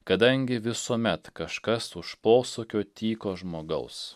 kadangi visuomet kažkas už posūkio tyko žmogaus